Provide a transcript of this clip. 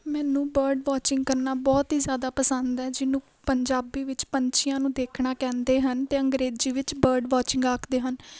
ਮੈਨੂੰ bird watching ਕਰਨਾ ਬਹੁਤ ਹੀ ਜਿਆਦਾ ਪਸੰਦ ਹੈ ਜਿਹਨੂੰ ਪੰਜਾਬੀ ਵਿੱਚ ਪੰਛੀਆਂ ਨੂੰ ਦੇਖਣਾ ਕਹਿੰਦੇ ਹਨ ਤੇ ਅੰਗਰੇਜ਼ੀ ਵਿੱਚ ਬਰਡ ਵਾਚਿੰਗ ਆਖਦੇ ਹਨ